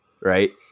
Right